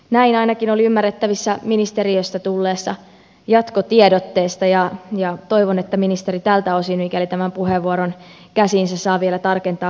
näin ainakin oli ymmärrettävissä ministeriöstä tulleesta jatkotiedotteesta ja toivon että ministeri tältä osin mikäli tämän puheenvuoron käsiinsä saa vielä tarkentaa sanomisiaan